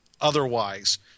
otherwise